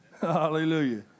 Hallelujah